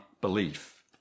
belief